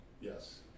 Yes